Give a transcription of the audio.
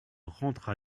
rentre